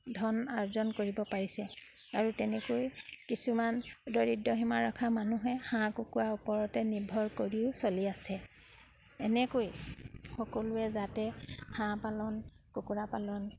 ধন আৰ্জন কৰিব পাৰিছে আৰু তেনেকৈ কিছুমান দৰিদ্ৰ সীমাৰেখাৰ মানুহে হাঁহ কুকুৰাৰ ওপৰতে নিৰ্ভৰ কৰিও চলি আছে এনেকৈ সকলোৱে যাতে হাঁহ পালন কুকুৰা পালন